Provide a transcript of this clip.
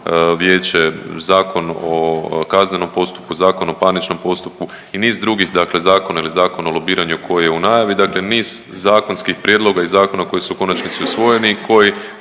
vijeće, Zakon o kaznenom postupku, Zakon o parničnom postupku i niz drugih dakle zakona ili Zakon o lobiranju koji je u najavi, dakle niz zakonskih prijedloga koji su u konačnici usvojeni i koji